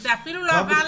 אני למדה